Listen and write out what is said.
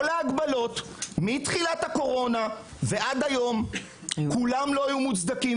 ההגבלות מתחילת הקורונה ועד היום לא היו מוצדקות.